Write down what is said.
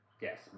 Yes